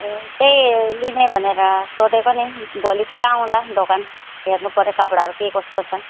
ए त्यही लिने भनेर सोधेको नि भोलितिर आउँला दोकान हेर्नुपर्यो कपडाहरू के कस्तो छन्